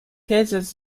cases